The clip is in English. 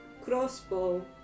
Crossbow